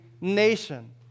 nation